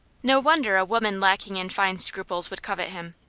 no wonder a woman lacking in fine scruples would covet him,